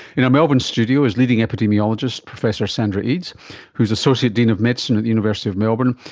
in our melbourne studio is leading epidemiologist professor sandra eades who is associate dean of medicine at the university of melbourne,